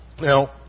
Now